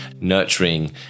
nurturing